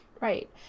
right